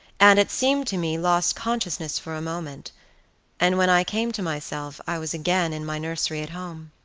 and, it seemed to me, lost consciousness for a moment and when i came to myself, i was again in my nursery at home.